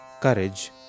courage